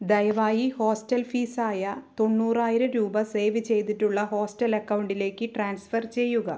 ദയവായി hostel fees ആയ തൊണ്ണൂറായിരം രൂപ സേവ് ചെയ്തിട്ടുള്ള ഹോസ്റ്റൽ അക്കൌണ്ടിലേക്ക് ട്രാൻസ്ഫർ ചെയ്യുക